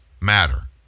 matter